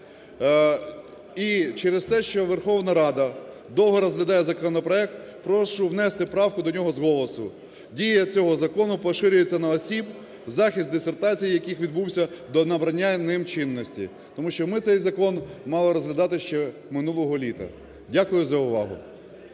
І через те, що Верховна Рада довго розглядає законопроект, прошу внести правку до нього з голосу. Дія цього закону поширюється на осіб, захист дисертацій яких відбувся до набрання ним чинності. Тому що ми цей закон мали розглядати ще минулого літа. Дякую за увагу.